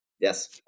Yes